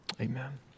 Amen